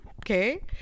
okay